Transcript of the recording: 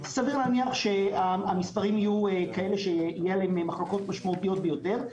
סביר להניח שהמספרים יהיו כאלה שתהיינה עליהם מחלוקות משמעותיות ביותר.